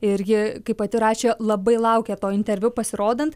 ir ji kaip pati rašė labai laukė to interviu pasirodant